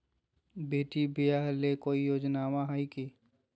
बेटी ब्याह ले कोई योजनमा हय की?